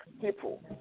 people